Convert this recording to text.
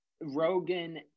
Rogan